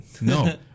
no